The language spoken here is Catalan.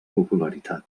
popularitat